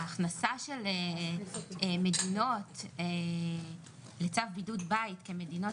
ההכנסה של מדינות לצו בידוד בית כמדינות